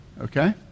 Okay